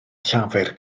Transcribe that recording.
llafur